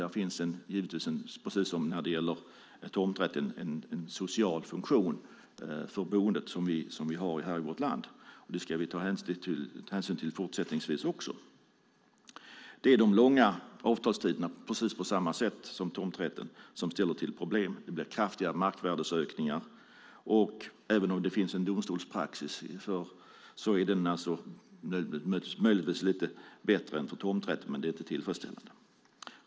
Där finns, precis som när det gäller tomträtten, en social funktion för boendet i vårt land. Det ska vi ta hänsyn till fortsättningsvis också. Precis som när det gäller tomträtten är det de långa avtalstiderna som ställer till problem. Det blir kraftiga markvärdesökningar. Det finns dock en domstolspraxis, men även om den möjligtvis är lite bättre än för tomträtten är det inte tillfredsställande.